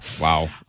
Wow